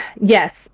yes